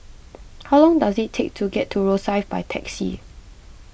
how long does it take to get to Rosyth by taxi